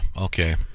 Okay